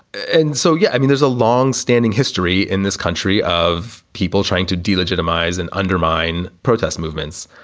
and so, yeah i mean, there's a long standing history in this country of people trying to delegitimize and undermine protest movements.